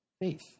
faith